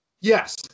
Yes